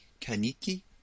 Kaniki